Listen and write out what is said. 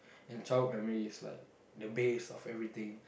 and childhood memories is like the base of everything